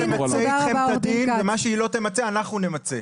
משטרת ישראל תמצה אתכם את הדין ומה שהיא לא תמצה אנחנו נמצה.